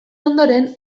ondoren